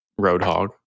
Roadhog